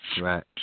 Right